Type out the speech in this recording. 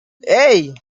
hey